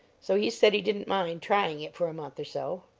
so he said he didn't mind trying it for a month or so.